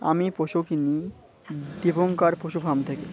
আমি পশু কিনি দীপঙ্কর পশু ফার্ম থেকে